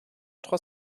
trois